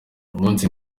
umunsi